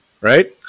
right